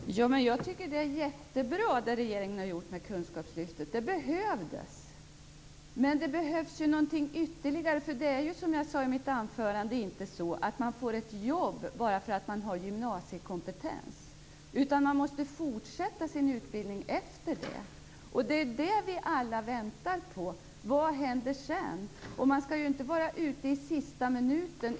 Fru talman! Jag tycker att det som regeringen har gjort när det gäller kunskapslyftet är jättebra. Det behövdes. Men det behövs ju något ytterligare, eftersom man, som jag sade i mitt anförande, inte får ett jobb bara för att man har gymnasiekompetens, utan man måste fortsätta sin utbildning. Det som vi alla väntar på är vad som händer sedan. Man skall ju inte vara ute i sista minuten.